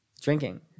drinking